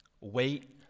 Wait